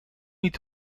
niet